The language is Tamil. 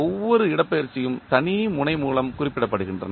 ஒவ்வொரு இடப்பெயர்ச்சியும் தனி முனை மூலம் குறிப்பிடப்படுகின்றன